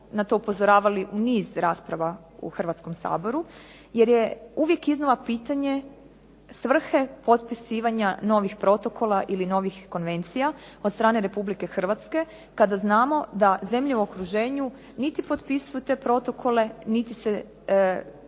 na to upozoravali u niz rasprava u Hrvatskom saboru jer je uvijek iznova pitanje svrhe potpisivanja novih protokola ili novih konvencija od strane Republike Hrvatske kada znamo da zemlje u okruženju niti potpisuju te protokole niti se